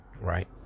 right